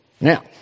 Now